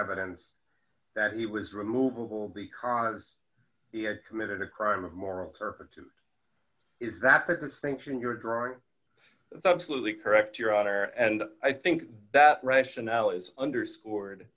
evidence that he was removable because he had committed a crime of moral turpitude is that the distinction you're drawing subsequently correct your honor and i think that rationale is underscored